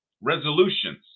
resolutions